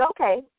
okay